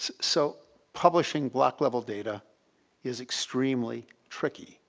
so publishing block level data is extremely tricky.